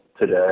today